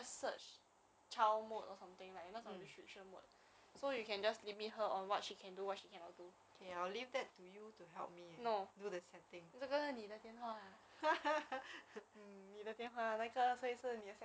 ah then she go and click it lah the advertisement lah and then she download so many app ah into this mobile phone ah then I tell her eh you don't take up my space eh those ne~ unnecessary [one] please remove